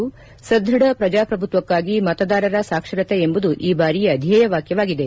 ಸದೃಢ ಪ್ರಜಾಪ್ರಭುತ್ವಕ್ಕಾಗಿ ಮತದಾರರ ಸಾಕ್ಷರತೆ ಎಂಬುದು ಈ ಬಾರಿಯ ಧ್ವೇಯವಾಕ್ಯವಾಗಿದೆ